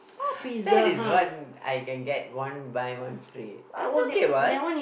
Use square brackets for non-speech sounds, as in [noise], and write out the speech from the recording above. [breath] that is what I can get one buy one free it's okay what